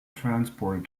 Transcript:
transported